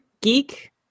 geek